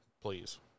please